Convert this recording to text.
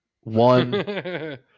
one